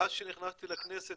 שמאז שנכנסתי לכנסת